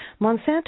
Monsanto